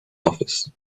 office